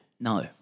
No